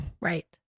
right